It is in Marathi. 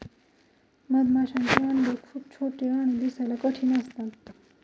मधमाशांचे अंडे खूप छोटे आणि दिसायला कठीण असतात